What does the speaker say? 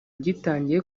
gitangiye